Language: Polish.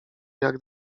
jak